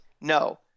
No